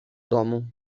domu